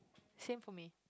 same for me